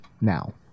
now